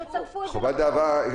--- וחובת דיווח לוועדה ולציבור.